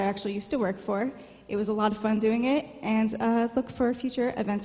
actually used to work for it was a lot of fun doing it and look for future events